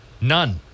None